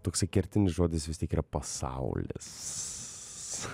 toksai kertinis žodis vis tiek yra pasaulis